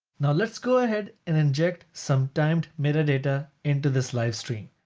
now let's go ahead and inject some timed metadata into this live stream.